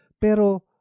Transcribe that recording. pero